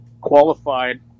qualified